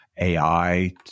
AI